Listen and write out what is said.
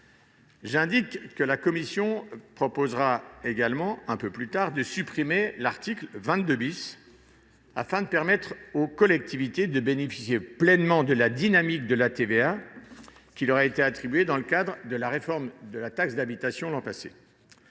J'indique que la commission propose de supprimer l'article 22, afin de permettre aux collectivités de bénéficier pleinement de la dynamique de la TVA qui leur a été attribuée dans le cadre de la réforme de la taxe d'habitation, l'an passé.